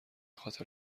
خاطر